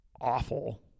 awful